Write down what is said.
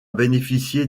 bénéficié